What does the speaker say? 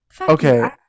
Okay